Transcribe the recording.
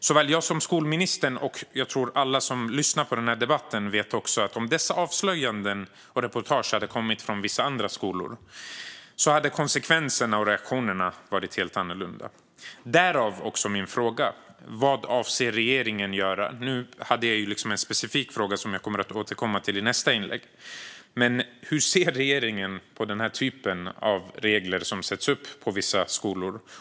Såväl jag som skolministern och, tror jag, alla som lyssnar till debatten vet att om dessa avslöjanden och reportage hade kommit från vissa andra skolor hade konsekvenserna och reaktionerna varit helt annorlunda. Därav har jag ställt min fråga. Vad avser regeringen att göra? Jag har också en specifik fråga som jag kommer att återkomma till i mitt nästa inlägg. Men hur ser regeringen på det slags regler som sätts upp på vissa skolor?